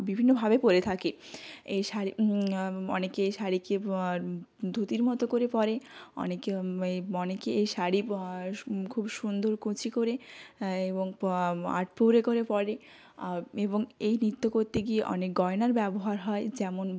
বিভিন্নভাবে পরে থাকে এই শাড়ি অনেকে শাড়িকে ধুতির মতো করে পরে অনেকে অনেকে শাড়ি সু খুব সুন্দর কুঁচি করে এবং আটপৌরে করে পরে এবং এই নিত্য করতে গিয়ে অনেক গয়নার ব্যবহার হয় যেমন